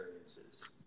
experiences